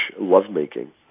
lovemaking